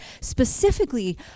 specifically